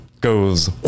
goes